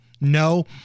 No